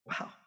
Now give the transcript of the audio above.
Wow